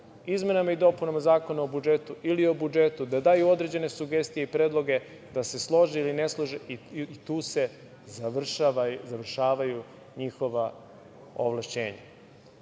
izmenama i dopunama Zakona o budžetu ili o budžetu, da daju određene sugestije i predloge, da se slože ili ne slože i tu se završavaju njihova ovlašćenja.